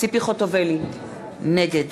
ציפי חוטובלי, נגד